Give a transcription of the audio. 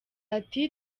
ati